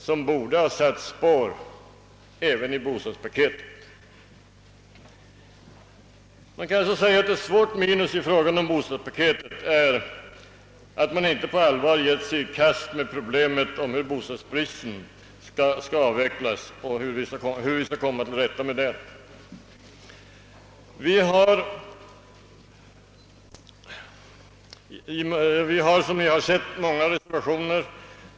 Det är ett väsentligt minus att man vid utformningen av bostadspaketet inte på allvar givit sig i kast med problemet om hur vi skall komma till rätta med bostadsbristen. En mängd reservationer har ju avgivits.